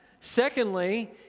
Secondly